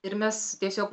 ir mes tiesiog